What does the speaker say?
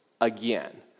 again